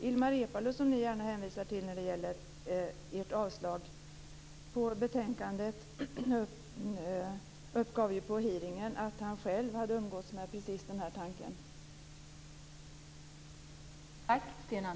Ilmar Reepalu, som ni gärna hänvisar till när det gäller ert avstyrkande av betänkandet, uppgav ju på hearingen att han själv hade umgåtts med precis den här tanken.